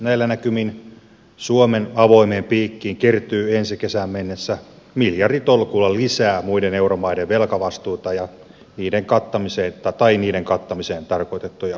näillä näkymin suomen avoimeen piikkiin kertyy ensi kesään mennessä miljarditolkulla lisää muiden euromaiden velkavastuuta tai niiden kattamiseen tarkoitettuja sitoumuksia